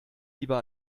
lieber